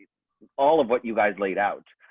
all of what you guys laid out.